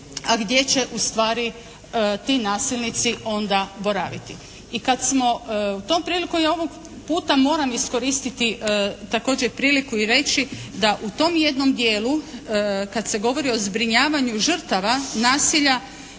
a gdje će ustvari ti nasilnici onda boraviti. I kad smo tom prilikom i ovog puta moram iskoristiti također priliku i reći da u tom jednom dijelu kad se govori o zbrinjavanju žrtava nasilja